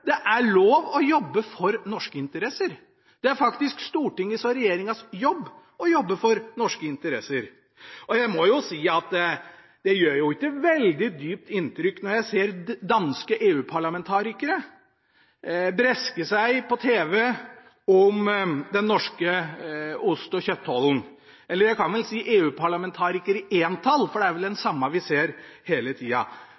Det er lov å jobbe for norske interesser – det er faktisk Stortingets og regjeringens jobb å jobbe for norske interesser. Jeg må si at det ikke gjør veldig dypt inntrykk når jeg ser danske EU-parlamentarikere briske seg på TV om den norske ostetollen og kjøttollen. Jeg kan vel si EU-parlamentariker i entall, for det er den